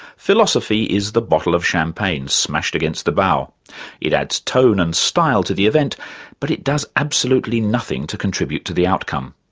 philosophy is the bottle of champagne smashed against the bow it adds tone and style to the event but it does absolutely nothing to contribute contribute to the outcome.